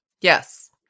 Yes